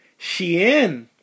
Shein